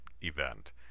event